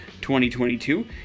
2022